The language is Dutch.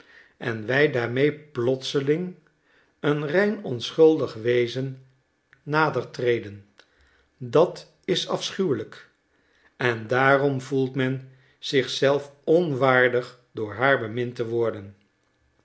en wij daarmee plotseling een rein onschuldig wezen nader treden dat is afschuwelijk en daarom voelt men zich zelf onwaardig door haar bemind te worden